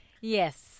Yes